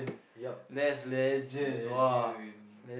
yup legend